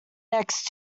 next